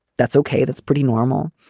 that's ok. that's pretty normal.